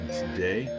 today